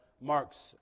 marks